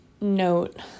note